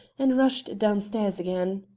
and rushed downstairs again.